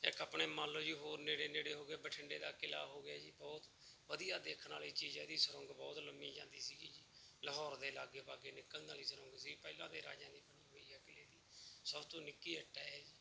ਇੱਕ ਆਪਣੇ ਮੰਨ ਲਓ ਜੀ ਹੋਰ ਨੇੜੇ ਨੇੜੇ ਹੋ ਗਏ ਬਠਿੰਡੇ ਦਾ ਕਿਲ੍ਹਾ ਹੋ ਗਿਆ ਜੀ ਬਹੁਤ ਵਧੀਆ ਦੇਖਣ ਵਾਲੀ ਚੀਜ਼ ਹੈ ਇਹਦੀ ਸੁਰੰਗ ਬਹੁਤ ਲੰਮੀ ਜਾਂਦੀ ਸੀਗੀ ਜੀ ਲਾਹੌਰ ਦੇ ਲਾਗੇ ਬਾਗੇ ਨਿਕਲਣ ਵਾਲੀ ਸੁਰੰਗ ਸੀ ਪਹਿਲਾਂ ਦੇ ਰਾਜਿਆਂ ਦੀ ਕਿਲ੍ਹੇ ਦੀ ਸਭ ਤੋਂ ਨਿੱਕੀ ਇੱਟ ਹੈ ਇਹ ਜੀ